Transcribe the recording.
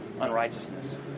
unrighteousness